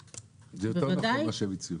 זה יותר נכון מה שהם הציעו.